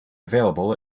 available